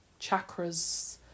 chakras